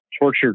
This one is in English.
tortured